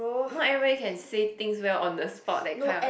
not everybody can says things well on the spot that kind what